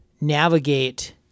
navigate